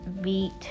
beat